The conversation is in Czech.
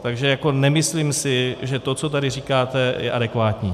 Takže nemyslím si, že to, co tady říkáte, je adekvátní.